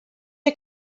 are